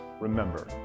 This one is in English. Remember